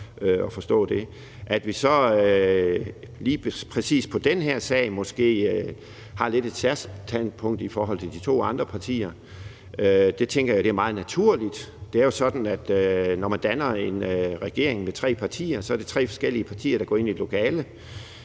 At vi så lige præcis i den her sag måske har lidt et særegent punkt i forhold til de to andre partier, tænker jeg er meget naturligt. Det er jo sådan, at når man danner en regering med tre partier, er det tre forskellige partier, der går ind i et lokale